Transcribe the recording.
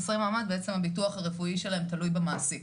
שבעצם הביטוח הרפואי שלהם תלוי במעסיק.